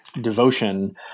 devotion